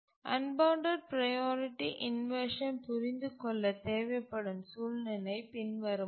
unbounded priority inversion புரிந்துகொள்ள தேவைப்படும் சூழ்நிலை பின்வருமாறு